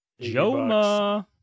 Joma